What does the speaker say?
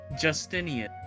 Justinian